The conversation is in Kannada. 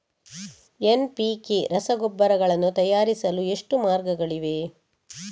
ಎನ್.ಪಿ.ಕೆ ರಸಗೊಬ್ಬರಗಳನ್ನು ತಯಾರಿಸಲು ಎಷ್ಟು ಮಾರ್ಗಗಳಿವೆ?